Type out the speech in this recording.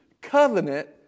covenant